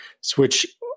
switch